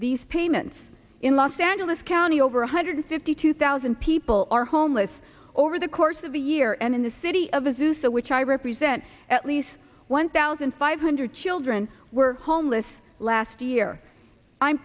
these payments in los angeles county over one hundred fifty two thousand people are homeless over the course of the year and in the city of azusa which i represent at least one thousand five hundred children were homeless last year i'm